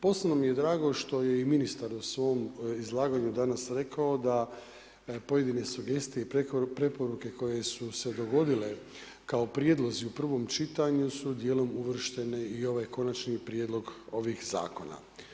Posebno mi je drago što je i ministar u svom izlaganju danas rekao da pojedine sugestije i preporuke koje su se dogodile kao prijedlozi u prvom čitanju su djelom uvršteni i u ovaj konačni prijedlog ovih zakona.